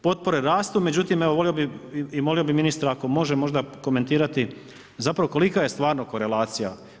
Potpore rastu, međutim, evo volio bih i molio bih ministra ako može možda komentirati zapravo kolika je stvarno korelacija.